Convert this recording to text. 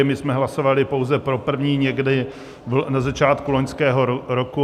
My jsme hlasovali pouze pro první, někdy na začátku loňského roku.